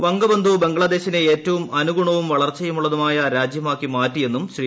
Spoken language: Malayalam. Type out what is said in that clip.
ബംഗബന്ധു ബംഗ്ലാദേശിനെ ഏറ്റവും അനുഗുണവും വളർച്ചയുള്ളതുമായ രാജ്യമാക്കി മാറ്റിയെന്നും ശ്രീ